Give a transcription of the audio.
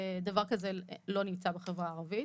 ודבר כזה לא נמצא בחברה הערבית.